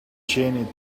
chained